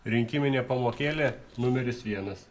rinkiminė pamokėlė numeris vienas